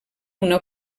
una